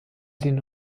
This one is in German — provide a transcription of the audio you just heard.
den